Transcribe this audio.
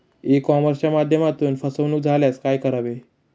E कॉमर्सच्या माध्यमातून फसवणूक झाल्यास काय करावे?